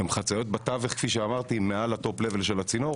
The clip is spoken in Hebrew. הן חציות בתווך כפי שאמרתי מעל הטופ לבל של הצינור,